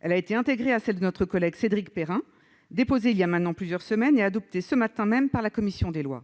Elle a été intégrée à celle de notre collègue Cédric Perrin, déposée voilà plusieurs semaines et adoptée ce matin par la commission des lois.